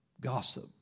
Gossip